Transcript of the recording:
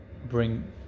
Bring